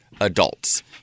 adults